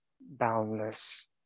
boundless